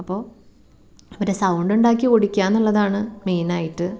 അപ്പോൾ അവരെ സൗണ്ട് ഉണ്ടാക്കി ഓടിക്കുക എന്നുള്ളതാണ് മെയിൻ ആയിട്ട്